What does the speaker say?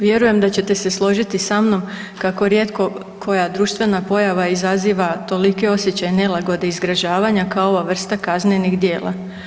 Vjerujem da ćete se složiti sa mnom kako rijetko koja društvena pojava izaziva toliki osjećaj nelagode i zgražavanja kao ova vrsta kaznenih djela.